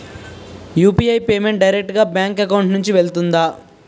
UPI payment direct గా bank account నుంచి వెళ్తుందా?